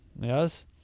Yes